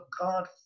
God